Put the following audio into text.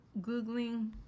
Googling